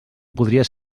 podries